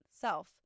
self